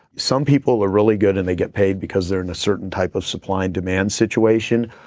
some people are really good and they get paid because they're in a certain type of supply and demand situation,